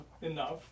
enough